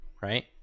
right